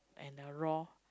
and the raw